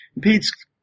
Pete's